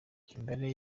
imibare